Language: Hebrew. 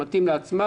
שמתאים לעצמה,